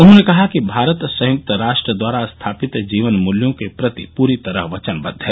उन्होंने कहा कि भारत संयुक्त राष्ट्र द्वारा स्थापित जीवन मूल्यों के प्रति पूरी तरह वचनबद्व है